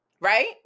right